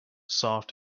soft